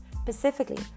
Specifically